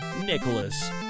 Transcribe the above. Nicholas